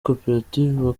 koperative